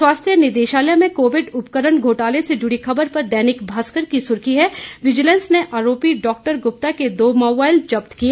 स्वास्थ्य निदेशालय में कोविड उपकरण घोटाले से जुड़ी खबर पर दैनिक भास्कर की सुर्खी है विजीलैंस ने आरोपी डॉ गुप्ता के दो मोबाईल जब्त किए